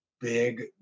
big